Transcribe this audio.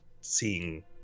seeing